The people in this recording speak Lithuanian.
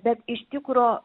bet iš tikro